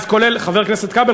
חבר הכנסת כבל,